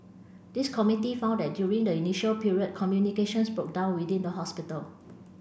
the committee found that during the initial period communications broke down within the hospital